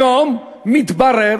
היום מתברר